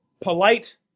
polite